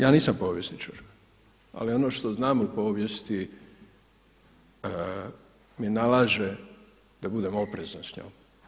Ja nisam povjesničar, ali ono što znam o povijesti mi nalaže da budem oprezan s njom.